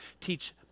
teach